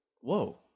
whoa